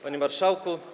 Panie Marszałku!